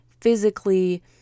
physically